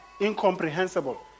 incomprehensible